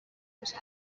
میشه